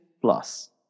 plus